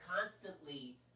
constantly